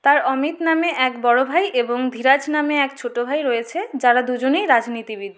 তার অমিত নামে এক বড়ো ভাই এবং ধীরাজ নামে এক ছোটো ভাই রয়েছে যারা দুজনেই রাজনীতিবিদ